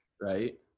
right